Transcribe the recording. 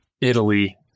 Italy